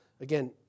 again